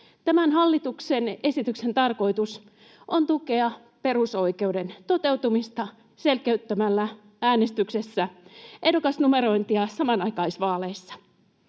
Tämän hallituksen esityksen tarkoitus on tukea tämän perusoikeuden toteutumista selkeyttämällä ehdokasnumerointia samanaikaisvaaleissa.